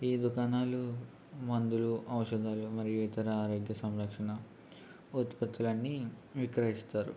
ఈ దుకాణాలు మందులు ఔషధాలు మరియు ఇతర ఆరోగ్య సంరక్షణ ఉత్పత్తులు అన్నీ విక్రయిస్తారు